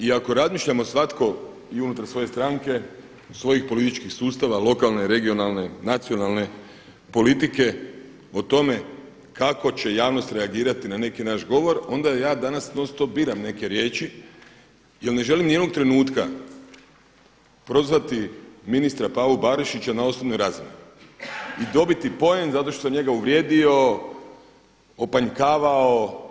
I ako razmišljamo svatko i unutar svoje stranke, svojih političkih sustava, lokalne, regionalne, nacionalne politike o tome kako će javnost reagirati na neki naš govor onda ja danas non stop biram neke riječi jer ne želim ni jednog trenutka prozvati ministra Pavu Barišića na osobnoj razini i dobiti poen zato što sam njega uvrijedio, opanjkavao.